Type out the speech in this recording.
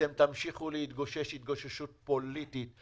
אתם תמשיכו להתגושש התגוששות פוליטית.